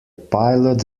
pilot